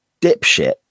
dipshit